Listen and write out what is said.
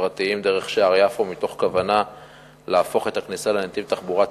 פרטיים דרך שער יפו מתוך כוונה להפוך את הכניסה לנתיב תחבורה ציבורי.